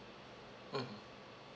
mmhmm